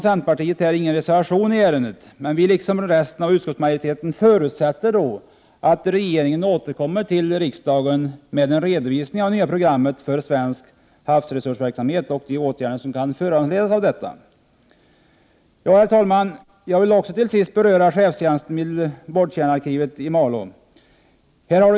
Centerpartiet har inte fogat någon reservation om detta till betänkandet, men centerpartiet liksom riksdagen med en redovisning av det nya programmet för svensk havsresursverksamhet och de åtgärder som kan föranledas av detta. Herr talman! Jag vill till sist beröra chefstjänsten vid borrkärnearkivet i Malå.